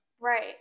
right